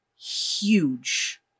huge